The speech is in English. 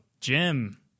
Jim